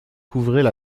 couvraient